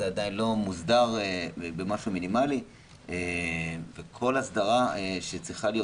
עדיין לא מוסדר במשהו מינימלי וכל הסדרה שצריכה להיות,